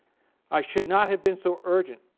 i should not have been so urgent,